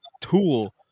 tool